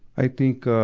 i think, ah,